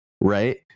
right